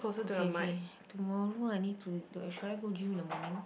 okay okay tomorrow I need to should I go gym in the morning